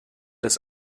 des